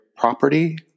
property